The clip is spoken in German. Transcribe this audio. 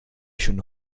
schon